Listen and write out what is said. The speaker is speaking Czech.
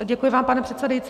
Děkuji vám, pane předsedající.